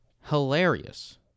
Hilarious